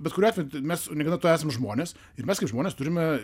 bet kuriuo atveju mes negana to esam žmonės ir mes kaip žmonės turime